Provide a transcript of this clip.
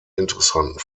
interessanten